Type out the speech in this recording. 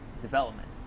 development